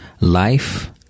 Life